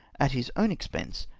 at his own expense,